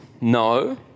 No